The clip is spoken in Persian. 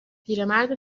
پیرمرد